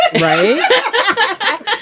right